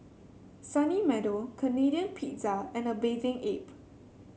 Sunny Meadow Canadian Pizza and A Bathing Ape